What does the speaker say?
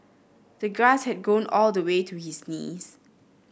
the grass had grown all the way to his knees